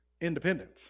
independence